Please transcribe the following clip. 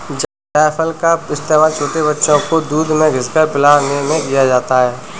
जायफल का इस्तेमाल छोटे बच्चों को दूध में घिस कर पिलाने में किया जाता है